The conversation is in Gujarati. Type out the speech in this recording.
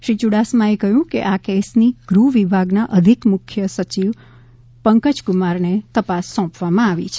શ્રી યુડાસમાએ કહ્યું કે આ કેસની ગૃહ વિભાગના અધિક મુખ્ય સચિવ પંકજકુમારને સોંપવામાં આવી છે